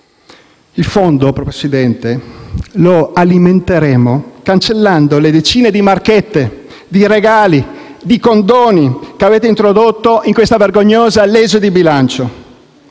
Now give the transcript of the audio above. Il fondo, signor Presidente, lo alimenteremo cancellando le decine di marchette, di regali, di condoni che avete introdotto in questa vergognosa legge di bilancio.